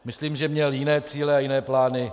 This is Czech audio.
Myslím, že měl jiné cíle a jiné plány.